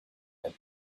met